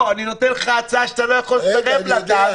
אני נותן לך הצעה שאתה לא יכול לסרב לה,